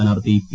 സ്ഥാനാർത്ഥി പി